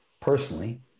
personally